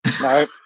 No